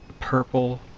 purple